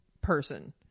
person